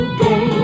day